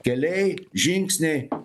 keliai žingsniai